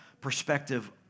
perspective